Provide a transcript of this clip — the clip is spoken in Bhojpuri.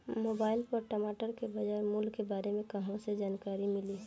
मोबाइल पर टमाटर के बजार मूल्य के बारे मे कहवा से जानकारी मिली?